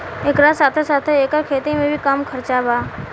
एकरा साथे साथे एकर खेती में भी कम खर्चा बा